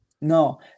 No